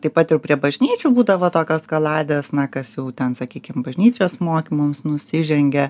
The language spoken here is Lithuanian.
taip pat ir prie bažnyčių būdavo tokios kaladės na kas jau ten sakykim bažnyčios mokymams nusižengia